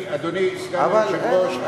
אדוני סגן היושב-ראש,